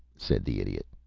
said the idiot.